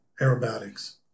aerobatics